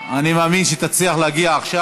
אני מאמין שתצליח להגיע עכשיו.